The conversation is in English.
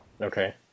Okay